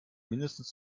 mindestens